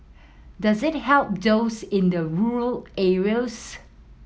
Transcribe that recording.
does it help those in the rural areas